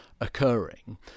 occurring